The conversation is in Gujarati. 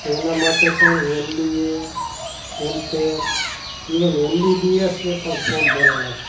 તો એના માટે પણ એમ્બીએ એમ ટેક ઈવન એમબીબીએસે પણ ફોમ ભરેલા છે